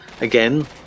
again